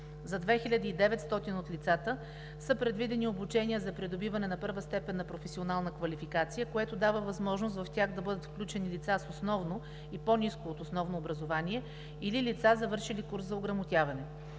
За 2900 от лицата са предвидени обучения за придобиване на първа степен на професионална квалификация, което дава възможност в тях да бъдат включени лица с основно и по-ниско от основно образование или лица, завършили курс за ограмотяване.